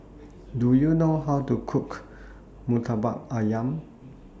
Do YOU know How to Cook Murtabak Ayam